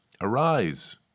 Arise